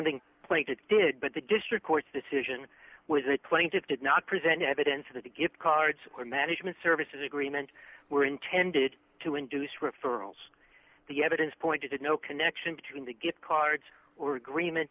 think plated did but the district court decision was a plaintiff did not present evidence of the gift cards or management services agreement were intended to induce referrals the evidence pointed to no connection between the gift cards or agreement